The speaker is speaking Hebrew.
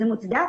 זה מוצדק,